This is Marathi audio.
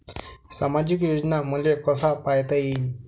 सामाजिक योजना मले कसा पायता येईन?